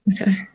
Okay